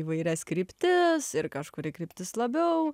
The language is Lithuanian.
įvairias kryptis ir kažkuri kryptis labiau